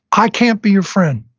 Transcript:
i can't be your friend.